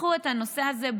פתחו את הנושא הזה,